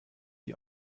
die